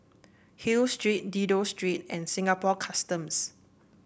Hill Street Dido Street and Singapore Customs